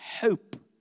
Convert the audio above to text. hope